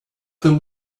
them